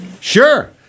Sure